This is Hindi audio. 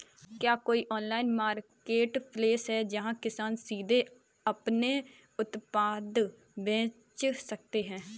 क्या कोई ऑनलाइन मार्केटप्लेस है जहाँ किसान सीधे अपने उत्पाद बेच सकते हैं?